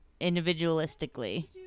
individualistically